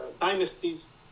dynasties